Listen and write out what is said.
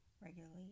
regularly